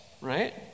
right